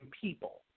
people